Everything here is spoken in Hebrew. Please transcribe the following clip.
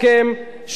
כצפוי,